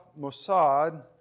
Mossad